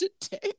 today